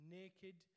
naked